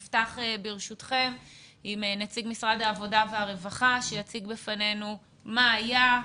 ברשותכם נפתח עם נציג משרד העבודה והרווחה שיציג בפנינו מה היה,